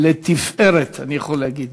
לתפארת, אני יכול להגיד.